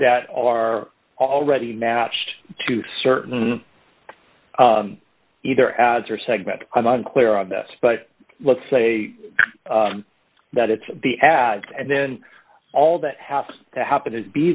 that are already matched to certain either ads or segment i'm unclear on that but let's say that it's the ads and then all that has to happen to be